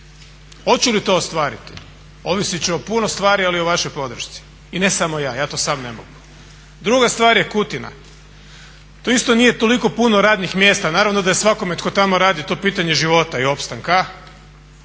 Hoću li to ostvariti, ovisit će o puno stvari, ali i ovaj podršci. I ne samo ja, ja to sam ne mogu. Druga stvar je Kutina, tu isto nije toliko puno radnih mjesta. Naravno da je svakome tko tamo radi to pitanje života i opstanka.